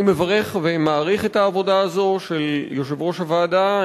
אני מברך ומעריך את העבודה הזו של יושב-ראש הוועדה,